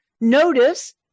Notice